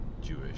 Jewish